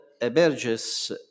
emerges